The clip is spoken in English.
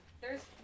there's-